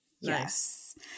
yes